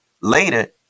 later